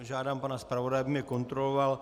Žádám pana zpravodaje, aby mě kontroloval.